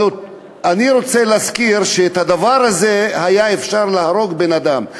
אבל אני רוצה להזכיר שעם הדבר הזה היה אפשר להרוג בן-אדם.